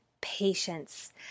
patience